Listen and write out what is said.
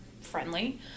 friendly